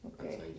Okay